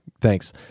Thanks